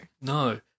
No